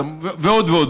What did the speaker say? ועוד ועוד,